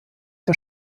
der